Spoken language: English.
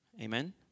Amen